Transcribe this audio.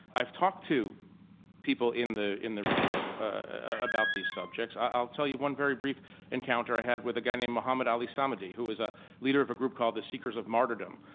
i've talked to people in the in the regime about these subjects. i'll tell you one very brief encounter i had with a guy named mohammed ali samadi who was a leader of a group called the seekers of martyrdom,